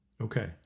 okay